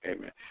Amen